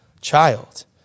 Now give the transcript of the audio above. child